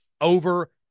over